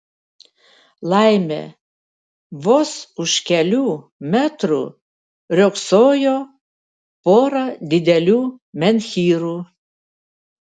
laimė vos už kelių metrų riogsojo pora didelių menhyrų